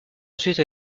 ensuite